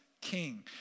king